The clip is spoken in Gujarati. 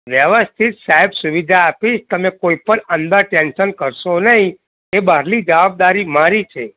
વ્યવસ્થિત સાહેબ સુવિધા આપીશ તમે કોઈ પણ અંદર ટેન્શન કરશો નહીં એ બહારની જવાબદારી મારી છે